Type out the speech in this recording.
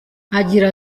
agira